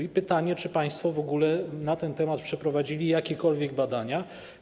I pytanie: Czy państwo w ogóle na ten temat przeprowadzili jakiekolwiek badania?